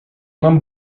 nam